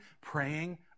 Praying